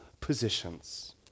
positions